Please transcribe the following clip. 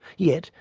yet,